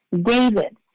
David